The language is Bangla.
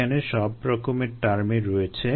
এখানে সব রকমের টার্ম ই রয়েছে